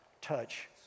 touch